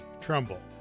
Trumbull